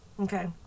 Okay